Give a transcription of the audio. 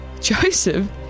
Joseph